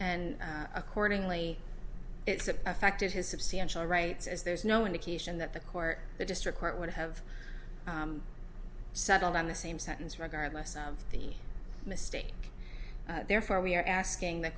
and accordingly it's affected his substantial rights as there's no indication that the court the district court would have settled on the same sentence regardless of the mistake therefore we are asking the